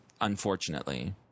Unfortunately